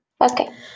okay